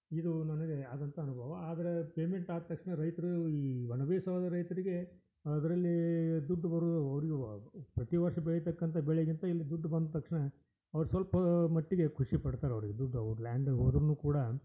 ಇದು ನನಗೆ ಆದಂಥ ಅನುಭವ ಆದರೆ ಪೇಮೆಂಟ್ ಆದ ತಕ್ಷಣ ರೈತರು ಈ ಒಣ ಬೇಸಾಯವಾದ ರೈತರಿಗೆ ಅದರಲ್ಲೀ ದುಡ್ಡು ಬರುವ ಪ್ರತಿ ವರ್ಷ ಬೆಳಿತಕ್ಕಂಥ ಬೆಳೆಗಿಂತ ಇಲ್ಲಿ ದುಡ್ಡು ಬಂದ ತಕ್ಷಣ ಅವ್ರು ಸ್ವಲ್ಪಾ ಮಟ್ಟಿಗೆ ಖುಷಿಪಡ್ತಾರೆ ಅವ್ರ ದುಡ್ಡು ಅವ್ರ ಲ್ಯಾಂಡ್ ಹೋದ್ರುನೂ ಕೂಡ